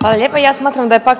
Hvala lijepa. Ja smatram da je pak